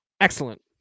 excellent